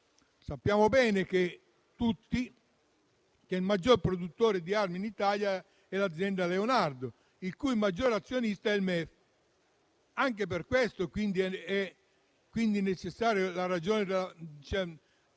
Sappiamo bene tutti che il maggior produttore di armi in Italia è l'azienda Leonardo, il cui maggior azionista è il MEF. Anche per questo, in ragione della